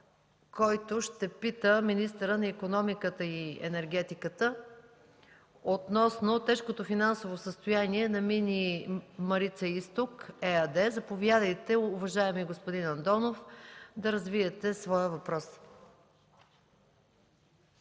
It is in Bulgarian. който ще пита министъра на икономиката и енергетиката за тежкото финансово състояние на „Мини Марица изток” ЕАД. Заповядайте, уважаеми господин Андонов, да развиете своя въпрос.